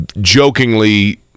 jokingly